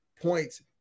points